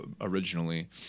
originally